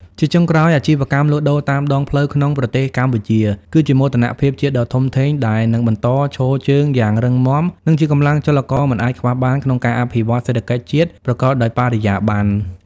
ជាចុងក្រោយ អាជីវកម្មលក់ដូរតាមដងផ្លូវក្នុងប្រទេសកម្ពុជាគឺជាមោទនភាពជាតិដ៏ធំធេង ដែលនឹងបន្តឈរជើងយ៉ាងរឹងមាំ និងជាកម្លាំងចលករមិនអាចខ្វះបានក្នុងការអភិវឌ្ឍន៍សេដ្ឋកិច្ចជាតិប្រកបដោយបរិយាបន្ន។